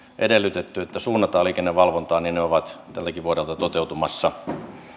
edellytetty suunnattavan liikennevalvontaan ovat tältäkin vuodelta toteutumassa